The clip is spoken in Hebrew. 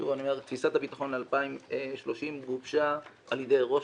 אני אומר שתפיסת הביטחון ל-2030 גובשה על ידי ראש